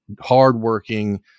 hardworking